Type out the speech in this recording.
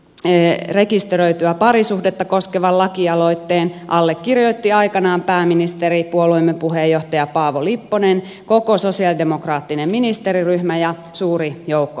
esimerkiksi rekisteröityä parisuhdetta koskevan lakialoitteen allekirjoitti aikanaan pääministeri puolueemme puheenjohtaja paavo lipponen koko sosialidemokraattinen ministeriryhmä ja suuri joukko demarikansanedustajia